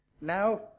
Now